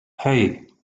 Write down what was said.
hey